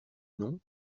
non